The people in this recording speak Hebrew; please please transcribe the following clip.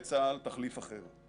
נעבור לנציגי ארגוני המילואים.